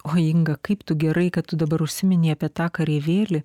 oi inga kaip tu gerai kad tu dabar užsiminei apie tą kareivėlį